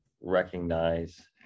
recognize